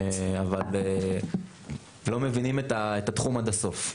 אבל לא מבינים את התחום עד הסוף.